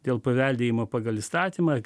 dėl paveldėjimo pagal įstatymą